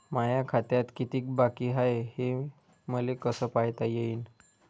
माया खात्यात कितीक बाकी हाय, हे मले कस पायता येईन?